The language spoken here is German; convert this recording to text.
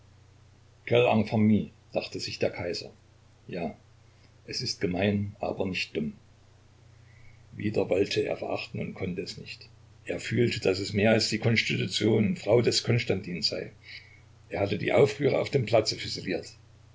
dachte sich der kaiser ja es ist gemein aber nicht dumm wieder wollte er verachten und konnte es nicht er fühlte daß es mehr als die konstitution frau des konstantin sei er hatte die aufrührer auf dem platze